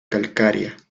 calcárea